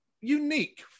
unique